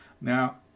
Now